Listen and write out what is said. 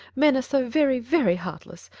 men are so very, very heartless.